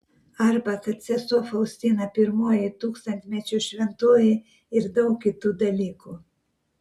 arba kad sesuo faustina pirmoji tūkstantmečio šventoji ir daug kitų dalykų